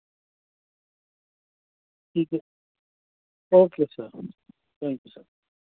ٹھیک ہے okay sir thank you sir